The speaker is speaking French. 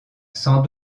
sans